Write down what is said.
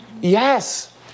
Yes